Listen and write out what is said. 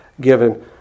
given